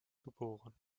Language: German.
geboren